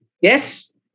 Yes